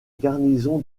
garnison